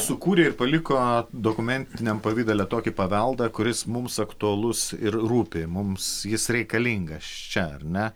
sukūrė ir paliko dokumentiniam pavidale tokį paveldą kuris mums aktualus ir rūpi mums jis reikalingas čia ar ne